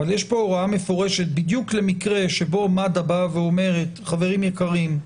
אבל יש פה הוראה מפורשת בדיוק למקרה שבו מד"א אומרת: חברים יקרים,